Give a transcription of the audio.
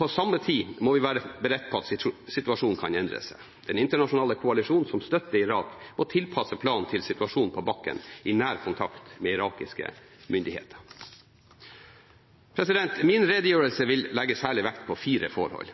På samme tid må vi være beredt på at situasjonen kan endre seg. Den internasjonale koalisjonen som støtter Irak, må tilpasse planen til situasjonen på bakken, i nær kontakt med irakiske myndigheter. Min redegjørelse vil legge særlig vekt på fire forhold: